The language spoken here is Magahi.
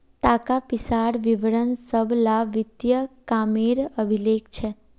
ताका पिसार विवरण सब ला वित्तिय कामेर अभिलेख छे